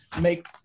make